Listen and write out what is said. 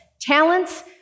talents